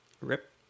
Rip